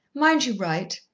mind you write.